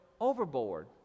overboard